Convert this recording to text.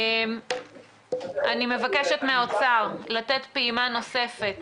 אני מבקשת מהאוצר לתת פעימה נוספת